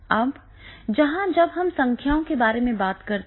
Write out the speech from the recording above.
अब यहाँ जब हम संख्याओं के बारे में बात करते हैं